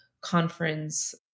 conference